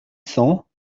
cents